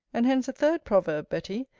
and hence a third proverb, betty,